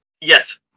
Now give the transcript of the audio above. Yes